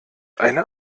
eine